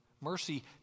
Mercy